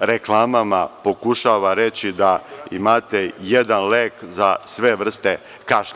reklamama pokušava reći da imate jedan lek za sve vrste kašlja.